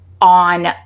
on